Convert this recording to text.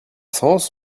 sens